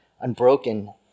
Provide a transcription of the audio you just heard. Unbroken